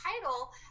title